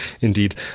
Indeed